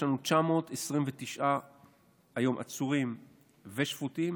יש לנו 929 היום עצורים ושפוטים